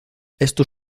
esto